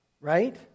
Right